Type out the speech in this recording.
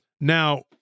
Now